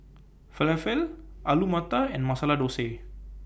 Falafel Alu Matar and Masala Dosa